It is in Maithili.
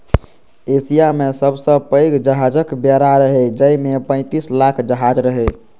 एशिया मे सबसं पैघ जहाजक बेड़ा रहै, जाहि मे पैंतीस लाख जहाज रहै